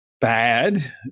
bad